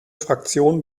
fraktionen